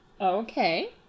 Okay